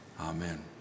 Amen